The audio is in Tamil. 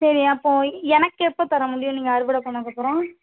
சரி அப்போது எனக்கு எப்போது தர முடியும் நீங்கள் அறுவடை பண்ணக்கப்புறம்